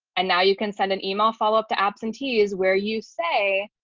and now you can send an email, follow up to absentees, where you say,